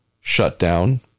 shutdown